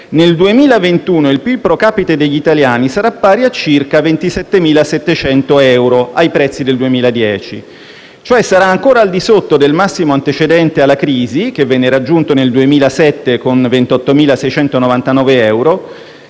nel 2021 il PIL *pro capite* degli italiani sarà pari a circa 27.700 euro, ai prezzi del 2010, cioè sarà ancora al di sotto del massimo antecedente alla crisi, che venne raggiunto nel 2007 con 28.699 euro,